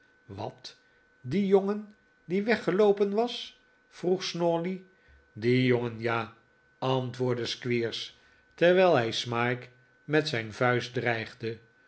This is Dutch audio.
wat die jongen die weggeloopen was vroeg snawley die jongen ja antwoordde squeers terwijl hij smike met zijn vuist dreigde